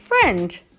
friend